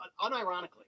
Unironically